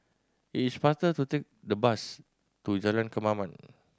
it is faster to take the bus to Jalan Kemaman